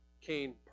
Cain